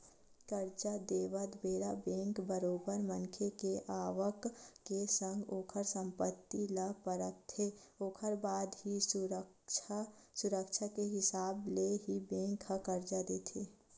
करजा देवत बेरा बेंक बरोबर मनखे के आवक के संग ओखर संपत्ति ल परखथे ओखर बाद ही सुरक्छा के हिसाब ले ही बेंक ह करजा देथे